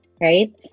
right